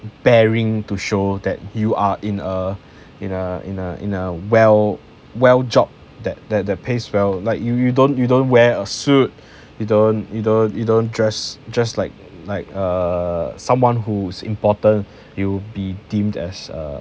bearing to show that you are in a in a in a in a well well job that that the pace well like you you don't you don't wear a suit you don't you don't you don't dress just like like err someone whose important you be deemed as err